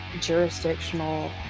jurisdictional